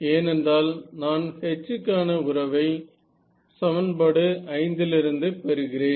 ஏனென்றால் நான் H க்கான உறவை சமன்பாடு 5 லிருந்து பெறுகிறேன்